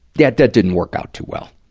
that that didn't work out too well,